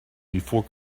before